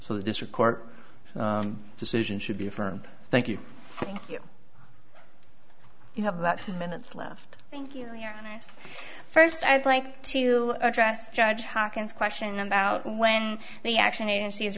so the district court decision should be affirmed thank you thank you you have lots of minutes left thank you first i'd like to address judge hawkins question about when the action agencies